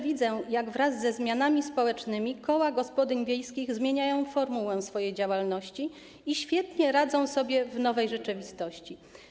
Widzę też, jak wraz ze zmianami społecznymi koła gospodyń wiejskich zmieniają formułę swojej działalności i świetnie sobie radzą w nowej rzeczywistości.